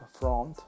front